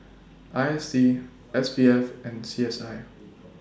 I S D S B F and C S I